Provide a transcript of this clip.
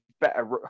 better